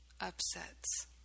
upsets